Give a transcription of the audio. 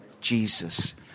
Jesus